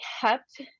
kept